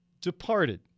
departed